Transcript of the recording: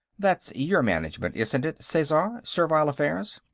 that's your management, isn't it, sesar servile affairs?